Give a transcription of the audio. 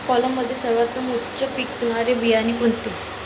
कोलममध्ये सर्वोत्तम उच्च पिकणारे बियाणे कोणते?